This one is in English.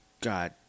God